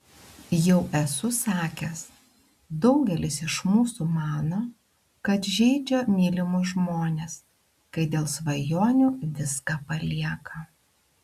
jau esu sakęs daugelis iš mūsų mano kad žeidžia mylimus žmones kai dėl svajonių viską palieka